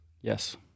Yes